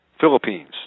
Philippines